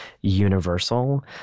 universal